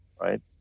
right